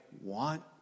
want